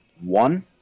one